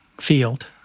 field